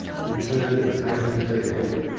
who turned and came at his heels.